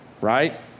Right